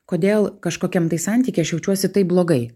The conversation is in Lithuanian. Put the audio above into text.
kodėl kažkokiam tai santyky aš jaučiuosi taip blogai